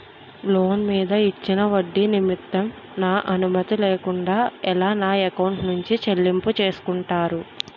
Loan మీద ఇచ్చిన ఒడ్డి నిమిత్తం నా అనుమతి లేకుండా ఎలా నా ఎకౌంట్ నుంచి చెల్లింపు చేసుకుంటారు?